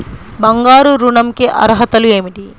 బంగారు ఋణం కి అర్హతలు ఏమిటీ?